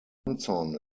johnson